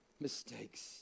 mistakes